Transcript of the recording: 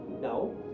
No